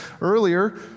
earlier